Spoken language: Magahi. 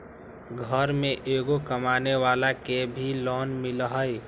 घर में एगो कमानेवाला के भी लोन मिलहई?